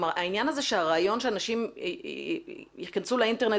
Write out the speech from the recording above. העניין הזה שהרעיון שאנשים ייכנסו לאינטרנט